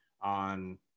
on